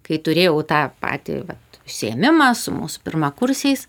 kai turėjau tą patį vat užsiėmimą su mūsų pirmakursiais